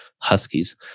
Huskies